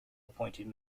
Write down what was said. appointed